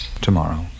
Tomorrow